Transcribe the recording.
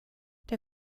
der